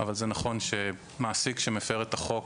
אבל זה נכון שמעסיק שמפר את החוק,